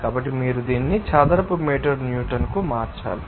కాబట్టి మీరు దీన్ని చదరపు మీటరుకు న్యూటన్కు మార్చాలి